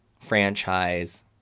franchise